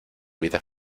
vida